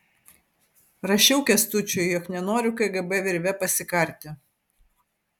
rašiau kęstučiui jog nenoriu kgb virve pasikarti